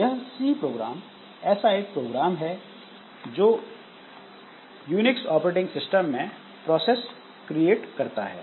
यह C program ऐसा एक प्रोग्राम है जो यूनिक्स ऑपरेटिंग सिस्टम में प्रोसेस क्रिएट करता है